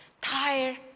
tired